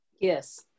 Yes